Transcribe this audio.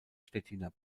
stettiner